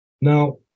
Now